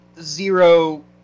Zero